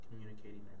communicating